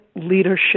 leadership